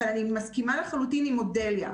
אבל אני מסכימה לחלוטין עם אודליה,